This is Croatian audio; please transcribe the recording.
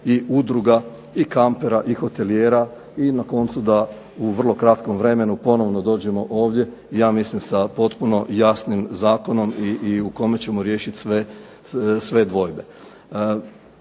i udruga i kampera i hotelijera i na koncu da u vrlo kratkom vremenu ponovno dođemo ovdje ja mislim sa potpuno jasnim zakonom i u kojem ćemo riješiti sve dvojbe.